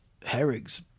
Herrig's